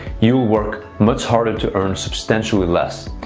you will work much harder to earn substantially less,